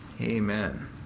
amen